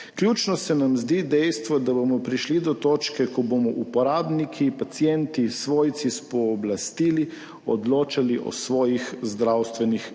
Ključno se nam zdi dejstvo, da bomo prišli do točke, ko bomo uporabniki, pacienti, svojci s pooblastili odločali o svojih zdravstvenih podatkih.